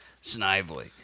Snively